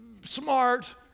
smart